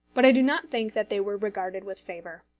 but i do not think that they were regarded with favour.